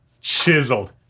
chiseled